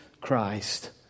Christ